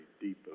deep